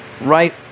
right